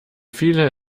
viele